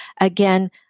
Again